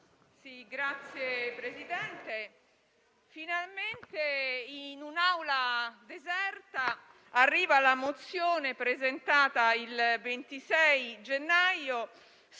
Signor Presidente, finalmente, in un'Aula deserta, arriva la mozione, presentata il 26 gennaio